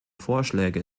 vorschläge